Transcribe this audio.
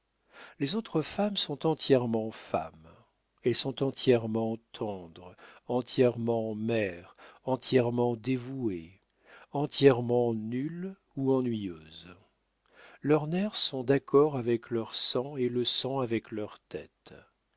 les autres femmes sont entièrement femmes elles sont entièrement tendres entièrement mères entièrement dévouées entièrement nulles ou ennuyeuses leurs nerfs sont d'accord avec leur sang et le sang avec leur tête